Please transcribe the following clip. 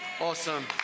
Awesome